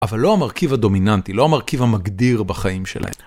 אבל לא המרכיב הדומיננטי, לא המרכיב המגדיר בחיים שלהם.